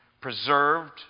Preserved